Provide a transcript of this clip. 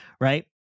right